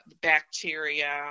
bacteria